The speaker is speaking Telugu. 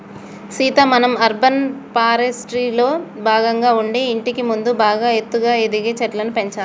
సీత మనం అర్బన్ ఫారెస్ట్రీలో భాగంగా ఉండి ఇంటికి ముందు బాగా ఎత్తుగా ఎదిగే చెట్లను పెంచాలి